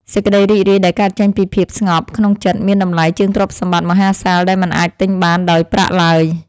សេចក្តីរីករាយដែលកើតចេញពីភាពស្ងប់ក្នុងចិត្តមានតម្លៃជាងទ្រព្យសម្បត្តិមហាសាលដែលមិនអាចទិញបានដោយប្រាក់ឡើយ។